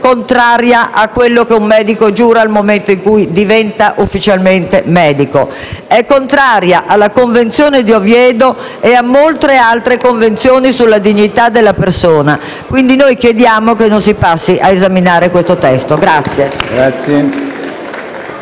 contraria a quello che un medico giura nel momento in cui diventa ufficialmente medico, contraria alla Convenzione di Oviedo e a molte altre convenzioni sulla dignità della persona. Per tali ragioni chiediamo che non si passi ad esaminare il provvedimento.